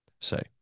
say